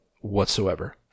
whatsoever